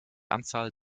anzahl